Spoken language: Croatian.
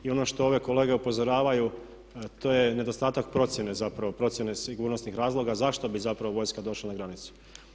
Ono što ove kolege upozoravaju to je nedostatak procjene zapravo procjene sigurnosnih razloga zašto bi zapravo vojska došla na granice.